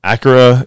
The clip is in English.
Acura